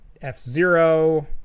f-zero